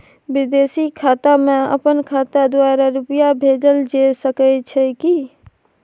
विदेशी खाता में अपन खाता द्वारा रुपिया भेजल जे सके छै की?